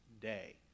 day